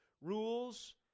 rules